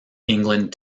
england